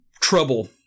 trouble